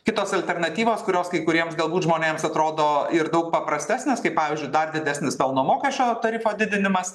kitos alternatyvos kurios kai kuriems galbūt žmonėms atrodo ir daug paprastesnės kaip pavyzdžiui dar didesnis pelno mokesčio tarifo didinimas